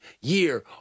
year